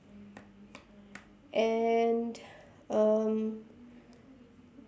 and um